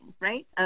right